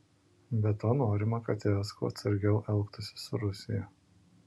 be to norima kad es kuo atsargiau elgtųsi su rusija